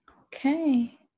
Okay